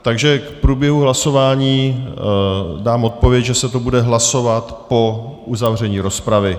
Takže k průběhu hlasování dám odpověď, že se to bude hlasovat po uzavření rozpravy.